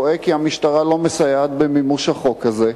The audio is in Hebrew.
הוא רואה כי המשטרה לא מסייעת במימוש החוק הזה.